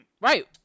Right